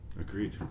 agreed